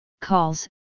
calls